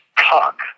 talk